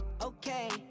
Okay